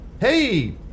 Hey